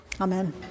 Amen